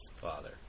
father